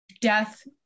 death